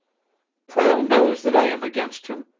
prale knows that i am against him,